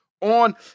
on